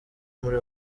muri